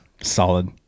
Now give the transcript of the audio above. Solid